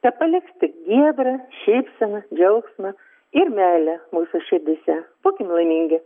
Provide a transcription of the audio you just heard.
tepaliks tik giedrą šypseną džiaugsmą ir meilę mūsų širdyse būkim laimingi